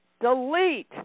delete